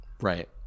Right